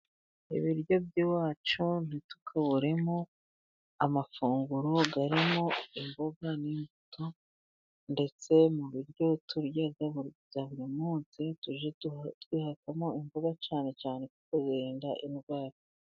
Ibiryo by'iwacu ntitukaburemo amafunguro arimo imboga n'imbuto, ndetse mu biryo turya bya buri munsi tujye twihatamo imboga cyane cyane kuko zirinda indwara.